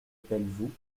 pelvoux